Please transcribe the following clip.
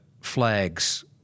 flags